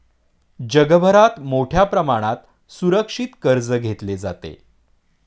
जगभरात मोठ्या प्रमाणात सुरक्षित कर्ज घेतले जाते